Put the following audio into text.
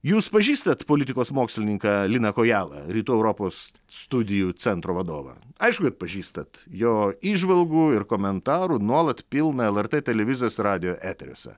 jūs pažįstat politikos mokslininką liną kojalą rytų europos studijų centro vadovą aišku kad pažįstat jo įžvalgų ir komentarų nuolat pilna lrt televizijos ir radijo eteriuose